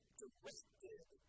directed